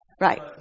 right